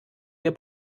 wir